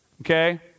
okay